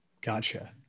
Gotcha